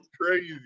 crazy